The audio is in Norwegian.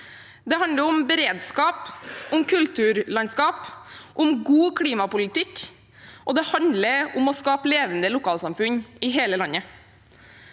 det handler om beredskap, om kulturlandskap, om god klimapolitikk, og det handler om å skape levende lokalsamfunn i hele landet.